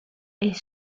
est